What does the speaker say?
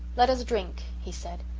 let us drink, he said,